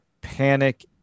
panic